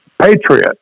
patriot